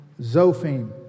Zophim